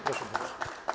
Proszę bardzo.